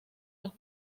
los